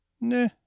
Nah